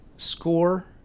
Score